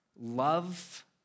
Love